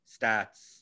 stats